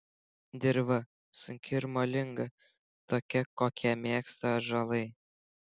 dirva sunki ir molinga tokia kokią mėgsta ąžuolai